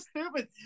stupid